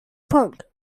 punk